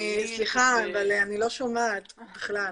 סליחה, אני לא שומעת בכלל.